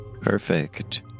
Perfect